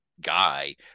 guy